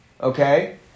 okay